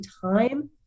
time